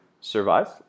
survive